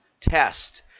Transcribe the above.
test